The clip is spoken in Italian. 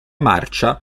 marcia